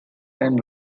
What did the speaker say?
and